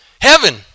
Heaven